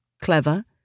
clever